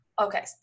Okay